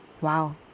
Wow